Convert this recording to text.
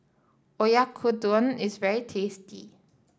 Oyakodon is very tasty